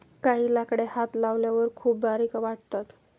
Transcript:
काही लाकडे हात लावल्यावर खूप बारीक वाटतात